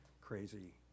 crazy